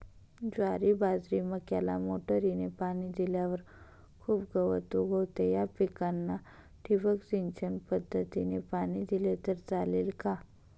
ज्वारी, बाजरी, मक्याला मोटरीने पाणी दिल्यावर खूप गवत उगवते, या पिकांना ठिबक सिंचन पद्धतीने पाणी दिले तर चालेल का?